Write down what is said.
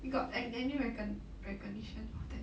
you got any any recog~ recognition of that